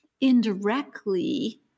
indirectly